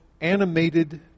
animated